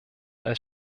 als